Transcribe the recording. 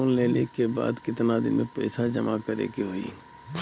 Loan लेले के बाद कितना दिन में पैसा जमा करे के होई?